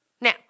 Now